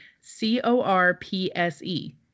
C-O-R-P-S-E